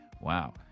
Wow